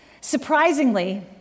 Surprisingly